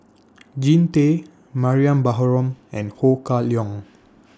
Jean Tay Mariam Baharom and Ho Kah Leong